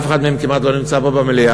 אף אחד מהם כמעט לא נמצא פה במליאה,